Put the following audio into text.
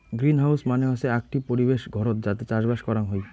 greenhouse মানে হসে আকটি পরিবেশ ঘরত যাতে চাষবাস করাং হই